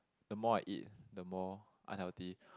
the more I eat the more unhealthy